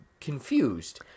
confused